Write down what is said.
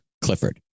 clifford